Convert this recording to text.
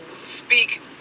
speak